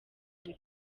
buri